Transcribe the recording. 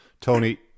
Tony